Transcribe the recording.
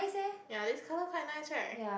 ya this colour quite nice right